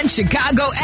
Chicago